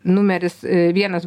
numeris vienas